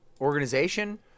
organization